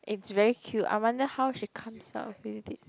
it's very cute I wonder how she comes out with it